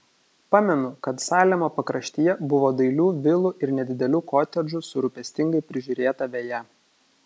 pamenu kad salemo pakraštyje buvo dailių vilų ir nedidelių kotedžų su rūpestingai prižiūrėta veja